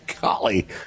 Golly